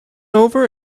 over